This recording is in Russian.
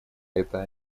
это